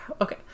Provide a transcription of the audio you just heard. Okay